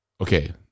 okay